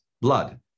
blood